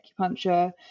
acupuncture